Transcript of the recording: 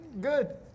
Good